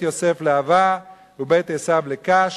ובית יוסף להבה ובית עשיו לקש.